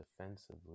defensively